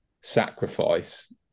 sacrifice